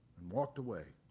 and walked away.